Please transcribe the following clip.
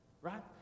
right